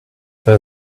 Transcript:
their